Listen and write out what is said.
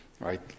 right